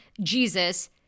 Jesus